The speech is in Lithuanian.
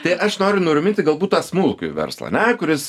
tai aš noriu nuraminti galbūt tą smulkųjį verslą ar ne kuris